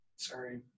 Sorry